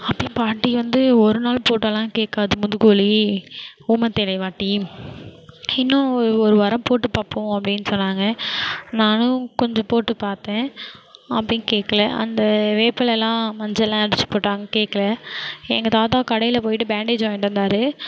அப்பவும் பாட்டி வந்து ஒரு நாள் போட்டாலாம் கேட்காது முதுகு வலி ஊமத்தை எலைய வாட்டி இன்னும் ஒரு ஒரு வாரம் போட்டு பார்ப்போம் அப்டின்னு சொன்னாங்க நானும் கொஞ்சம் போட்டு பார்த்தேன் அப்பவும் கேக்கலை அந்த வேப்பிலலாம் மஞ்சள்லாம் அரைச்சி போட்டாங்க கேக்கலை எங்கள் தாத்தா கடையில் போய்ட்டு பேண்டேஜ் வாய்ன்ட்டு வந்தார்